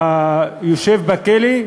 והיושב בכלא,